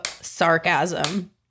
sarcasm